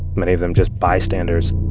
many of them just bystanders